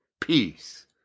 peace